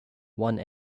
one